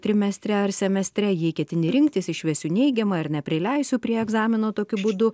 trimestre ar semestre jei ketini rinktis išvesiu neigiamą ir neprileisiu prie egzamino tokiu būdu